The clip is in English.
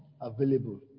available